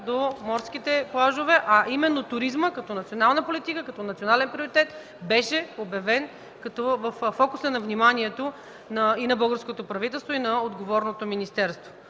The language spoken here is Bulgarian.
до морските плажове. А именно туризмът като национална политика, като национален приоритет беше обявен във фокуса на вниманието и на българското правителство, и на отговорното министерство.